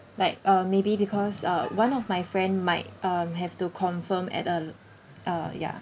like uh maybe because uh one of my friend might um have to confirm at a uh ya